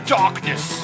darkness